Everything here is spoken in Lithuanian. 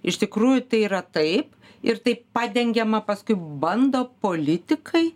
iš tikrųjų tai yra taip ir taip padengiama paskui bando politikai